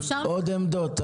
בסדר, נשמע עוד עמדות.